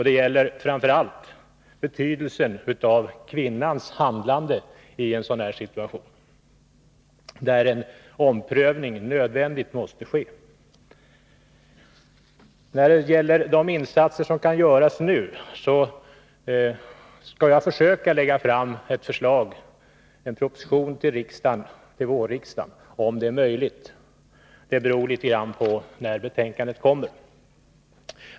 Det gäller framför allt betydelsen av kvinnans handlande i en sådan här situation, där en omprövning nödvändigtvis måste ske. När det gäller de insatser som kan göras nu, så skall jag försöka lägga fram en proposition under våren — om det är möjligt. Det beror litet grand på när betänkandet kommer.